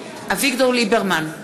אביגדור ליברמן,